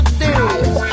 days